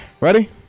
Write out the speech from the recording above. Ready